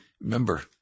Remember